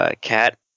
cat